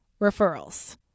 referrals